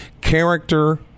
character